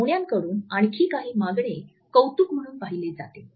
पाहुण्यांकडून आणखी काही मागणे कौतुक म्हणून पाहिले जाते